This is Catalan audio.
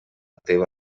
teva